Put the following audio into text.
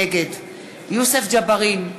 נגד יוסף ג'בארין,